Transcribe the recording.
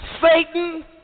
Satan